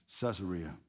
Caesarea